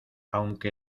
aunque